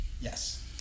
Yes